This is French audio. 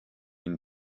une